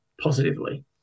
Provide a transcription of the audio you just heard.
positively